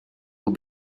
will